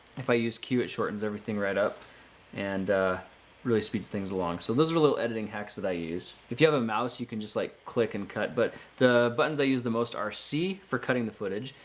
if i use q it shortens everything right up and really speeds things along. so, those are a little editing hacks that i use. if you have a mouse, you can just like click and cut but the buttons i use the most are c for cutting the footage,